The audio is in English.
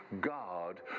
God